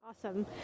Awesome